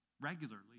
regularly